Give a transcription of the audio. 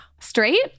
straight